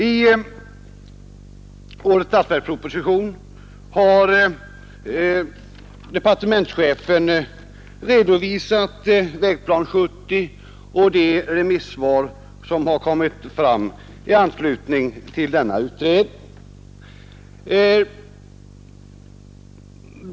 I årets statsverksproposition har departementschefen för det första redovisat Vägplan 1970 och de remissvar som har avgivits i anslutning till den utredningen.